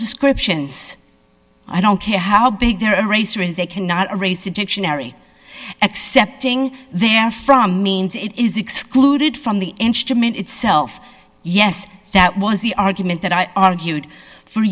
descriptions i don't care how big their racer is they can not race egyptian ery accepting their from means it is excluded from the instrument itself yes that was the argument that i argued for